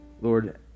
Lord